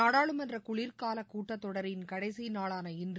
நாடாளுமன்ற குளிர்காலக் கூட்டத்தொடரின் கடைசி நாளான இன்று